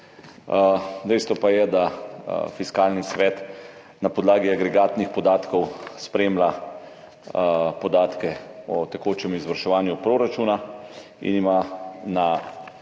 dejstvo pa je, da Fiskalni svet na podlagi agregatnih podatkov spremlja podatke o tekočem izvrševanju proračuna in ima